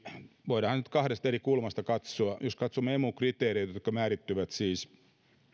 voidaan nyt kahdesta eri kulmasta katsoa jos katsomme emun kriteereitä jotka määrittyvät siis